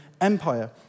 Empire